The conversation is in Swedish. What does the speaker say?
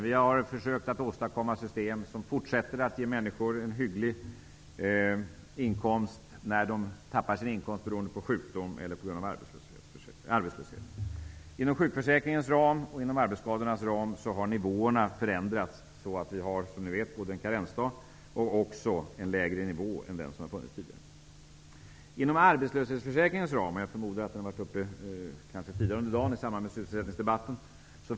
Vi har försökt att åstadkomma ett system som fortsätter att ge människor en hygglig inkomst när de tappar sin inkomst beroende på sjukdom eller arbetslöshet. Inom ramen för sjukförsäkringen och arbetsskadeförsäkringen är nivån lägre än tidigare och det har, som ni vet, införts en karensdag. Jag antar att frågan om arbetslöshetsförsäkringen har varit uppe tidigare i dag i samband med sysselsättningsdebatten.